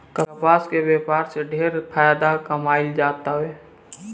कपास के व्यापार से ढेरे फायदा कमाईल जातावे